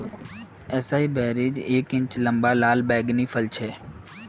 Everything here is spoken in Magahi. एसाई बेरीज एक इंच लंबा लाल बैंगनी रंगेर फल छे